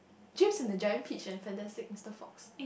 James-and-the-Giant-Peachh and Fantastic-Mister-Fox